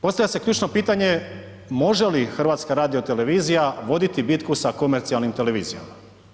Postavlja se ključno pitanje može li HRT voditi bitku sa komercijalnim televizijama?